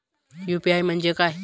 UPI म्हणजे काय?